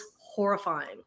horrifying